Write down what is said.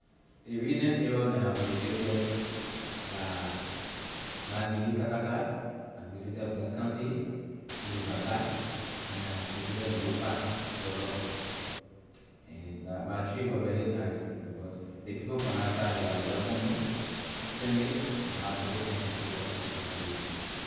Ley recent area neh I visited la margibi kakata I visited bong county which is gbarnga and I visited lofa zorzor and my trip was really nice but the people from that side they are welcoming friendly and I have more friends the too also from that visit.